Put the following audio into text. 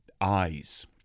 eyes